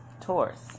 Taurus